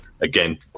Again